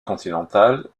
continentale